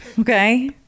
Okay